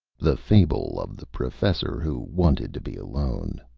the fable of the professor who wanted to be alone